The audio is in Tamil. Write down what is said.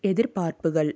எதிர்பார்ப்புகள்